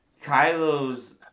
Kylo's